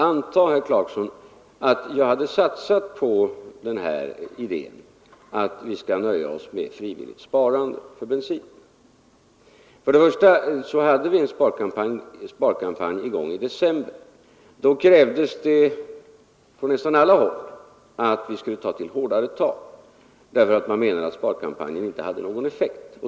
Antag, herr Clarkson, att jag hade satsat på den här idén att vi skall nöja oss med frivilligt sparande på bensin. Till att börja med hade vi en sparkampanj i gång i december. Då krävdes det på nästan alla håll att vi skulle ta till hårdare tag därför att man menade att sparkampanjen inte hade någon effekt.